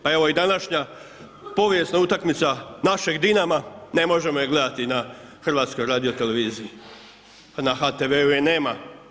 Pa evo i današnja povijesna utakmica našeg Dinama ne možemo ju gledati na HRT-u na HTV-u je nema.